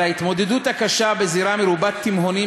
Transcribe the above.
על ההתמודדות הקשה בזירה מרובת תימהונים